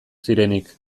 zirenik